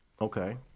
Okay